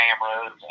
cameras